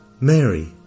Mary